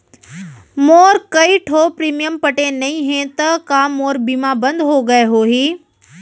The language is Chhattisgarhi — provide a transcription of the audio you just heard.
मोर कई ठो प्रीमियम पटे नई हे ता का मोर बीमा बंद हो गए होही?